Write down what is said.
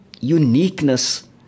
uniqueness